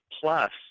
plus